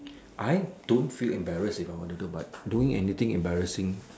I don't feel embarrassing with all I don't know but doing anything embarrassing